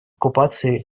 оккупации